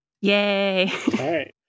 Yay